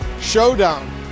showdown